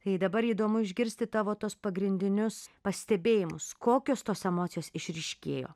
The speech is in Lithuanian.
tai dabar įdomu išgirsti tavo tuos pagrindinius pastebėjimus kokios tos emocijos išryškėjo